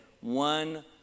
one